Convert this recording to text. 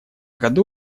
году